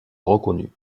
reconnu